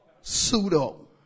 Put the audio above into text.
pseudo